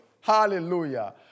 Hallelujah